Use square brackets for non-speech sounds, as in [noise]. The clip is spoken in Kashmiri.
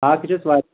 [unintelligible]